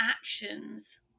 actions